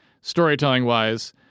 storytelling-wise